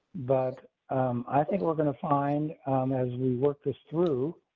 but i think we're going to find as we work this through